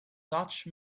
dutch